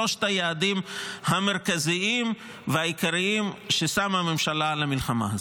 שלושת היעדים המרכזיים והעיקריים ששמה הממשלה למלחמה הזאת.